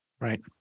right